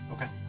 Okay